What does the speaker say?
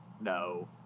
No